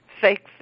fake